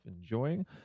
enjoying